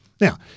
now